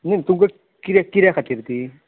न्ही तुका किद्या किद्या खातीर ती